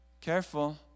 Careful